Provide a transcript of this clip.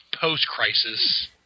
post-crisis